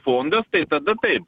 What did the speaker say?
fondas tada taip